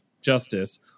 justice